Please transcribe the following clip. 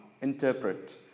interpret